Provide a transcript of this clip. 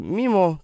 mimo